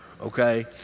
okay